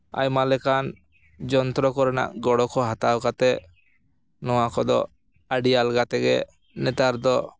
ᱟᱭᱢᱟ ᱞᱮᱠᱟᱱ ᱡᱚᱱᱛᱨᱚ ᱠᱚᱨᱮᱱᱟᱜ ᱜᱚᱲᱚ ᱠᱚ ᱦᱟᱛᱟᱣ ᱠᱟᱛᱮᱫ ᱱᱚᱣᱟ ᱠᱚᱫᱚ ᱟᱹᱰᱤ ᱟᱞᱜᱟ ᱛᱮᱜᱮ ᱱᱮᱛᱟᱨ ᱫᱚ